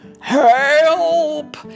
Help